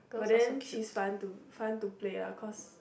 but then she's fun to fun to play lah cause